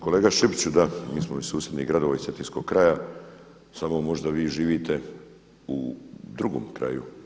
Kolega Šipiću, da mi smo iz susjednih gradova iz cetinskog kraja samo možda vi živite u drugom kraju.